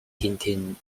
tintin